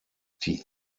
die